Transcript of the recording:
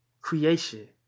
creation